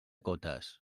cotes